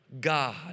God